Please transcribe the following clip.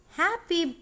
happy